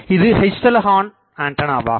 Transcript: இது H தள ஹார்ன்ஆண்டனாவாகும்